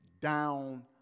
down